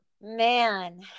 Man